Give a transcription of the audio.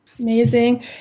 Amazing